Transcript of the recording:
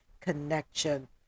connection